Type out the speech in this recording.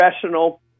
professional